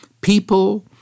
people